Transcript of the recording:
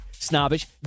Snobbish